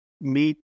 meet